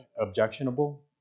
objectionable